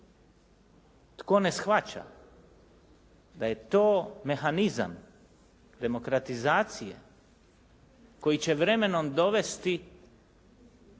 Tko ne shvaća da je to mehanizam demokratizacije koji će vremenom dovesti